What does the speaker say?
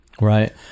right